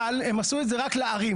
אבל הם עשו את זה רק לערים,